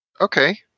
Okay